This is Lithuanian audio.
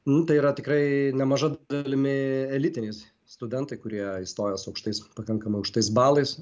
nu tai yra tikrai nemaža dalimi elitiniai studentai kurie įstoja su aukštais pakankamai aukštais balais